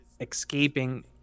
escaping